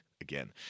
again